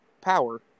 power